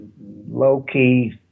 low-key